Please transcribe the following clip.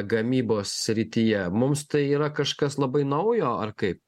gamybos srityje mums tai yra kažkas labai naujo ar kaip